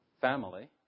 family